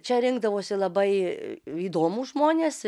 čia rinkdavosi labai įdomūs žmonės